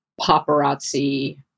paparazzi